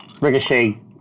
Ricochet